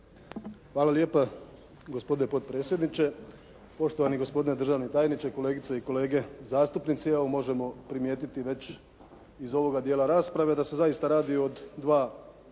Hvala lijepa. Gospodine potpredsjedniče, poštovani gospodine državni tajniče, kolegice i kolege zastupnici. Evo možemo primijetiti iz ovoga dijela rasprave da se zaista radi o dva